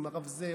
עם הרב זה,